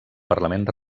parlament